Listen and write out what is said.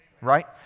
right